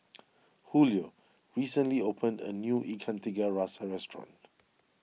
Hulio recently opened a new Ikan Tiga Rasa Restaurant